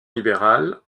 libéral